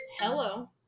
hello